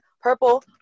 purple